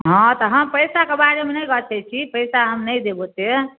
हँ तऽ हम पैसाके बारेमे नहि गछैत छी पैसा हम नहि देब ओतेक